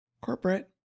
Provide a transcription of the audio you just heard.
Corporate